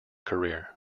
career